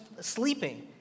sleeping